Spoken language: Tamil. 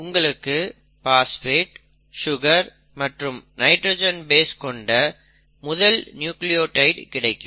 உங்களுக்கு பாஸ்பேட் சுகர் மற்றும் நைட்ரஜன் பேஸ் கொண்ட முதல் நியூக்ளியோடைடு கிடைக்கும்